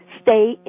stay